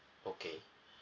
okay